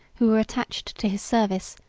who were attached to his service,